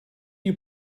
you